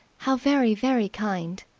how very, very kind.